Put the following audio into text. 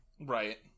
Right